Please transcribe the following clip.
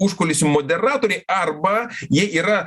užkulisių moderatoriai arba jie yra